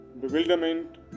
bewilderment